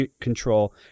control